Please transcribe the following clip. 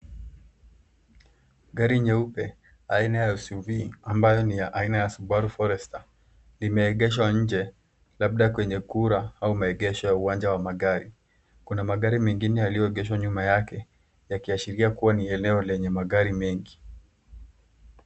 Gari nyeupe aina ya SUV ambayo ni ya aina ya subaru forester imeegeshwa nje labda kwenye kura au maegesho ya uwanja wa magari. Kuna magari mengine yaliyoegeshwa nyuma yake yakiashiria kuwa ni eneo lenye magari mengi.